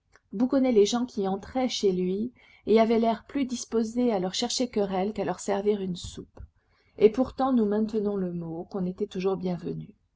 bougonnait les gens qui entraient chez lui et avait l'air plus disposé à leur chercher querelle qu'à leur servir la soupe et pourtant nous maintenons le mot on était toujours bienvenu